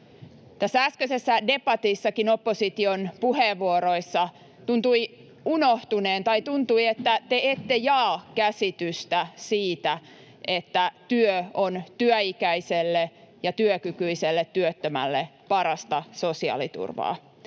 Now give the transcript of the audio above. lähde. Äskeisessä debatissakin opposition puheenvuoroissa tuntui, että te ette jaa käsitystä siitä, että työ on työikäiselle ja työkykyiselle työttömälle parasta sosiaaliturvaa.